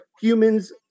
humans